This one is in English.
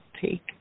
take